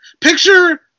Picture